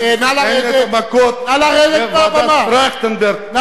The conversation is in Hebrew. תן את המכות לדורית בייניש.